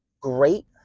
great